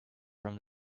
from